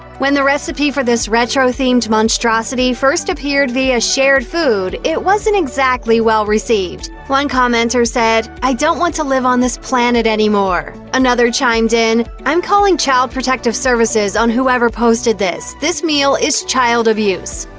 when the recipe for this retro-themed monstrosity first appeared via shared food, it wasn't exactly well received. one commenter said. i don't want to live on this planet anymore. another chimed in, i'm calling child protective services on whoever posted this. this meal is child abuse.